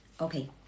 Okay